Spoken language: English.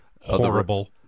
horrible